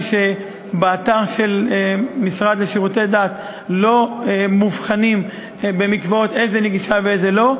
שבאתר של המשרד לשירותי דת לא מובחנות במקוואות איזו נגישה ואיזו לא.